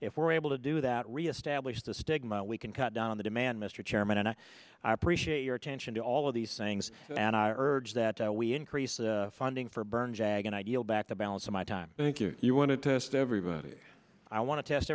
if we're able to do that reestablish the stigma we can cut down the demand mr chairman and i appreciate your attention to all of these things and i urge that we increase the funding for burn jag and ideal back the balance of my time you want to test everybody i want to test